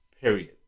period